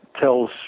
tells